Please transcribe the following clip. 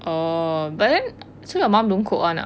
oh but then so your mom don't cook [one] ah